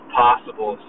possible